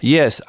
,Yes